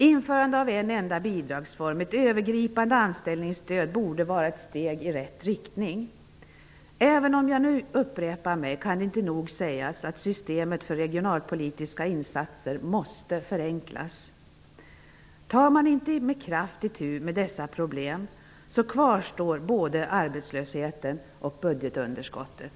Införande av en enda bidragsform -- ett övergripande anställningsstöd -- borde vara ett steg i rätt riktning. Även om jag nu upprepar mig, kan det inte nog sägas att systemet för regionalpolitiska insatser måste förenklas. Tar man inte med kraft itu med dessa problem, kvarstår både arbetslösheten och budgetunderskottet.